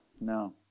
no